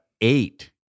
eight